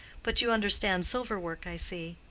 but you understand silver-work, i see.